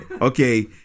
okay